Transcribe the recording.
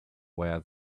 where